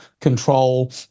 Control